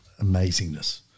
amazingness